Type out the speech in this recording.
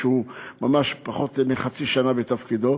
שהוא פחות מחצי שנה בתפקידו.